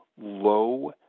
low